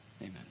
Amen